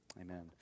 Amen